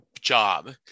job